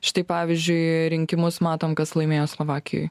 štai pavyzdžiui rinkimus matom kas laimėjo slovakijoj